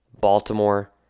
Baltimore